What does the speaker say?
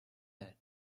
edge